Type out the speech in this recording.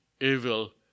evil